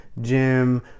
gym